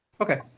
Okay